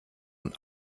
und